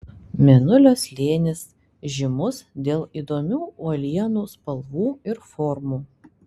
mėnulio slėnis žymus dėl įdomių uolienų spalvų ir formų